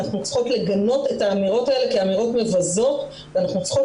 אנחנו צריכות לגנות את האמירות האלה כאמירות מבזות ואנחנו צריכות